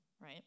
right